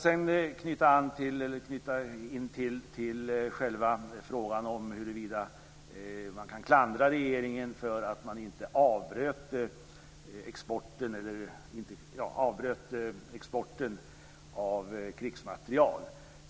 Sedan kommer jag in på frågan huruvida man kan klandra regeringen för att den inte avbröt exporten av krigsmateriel.